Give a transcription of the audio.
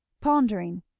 pondering